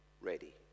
ready